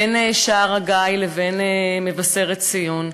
שבין שער-הגיא לבין מבשרת-ציון.